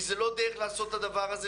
זאת לא דרך לעשות את הדבר הזה,